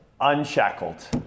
unshackled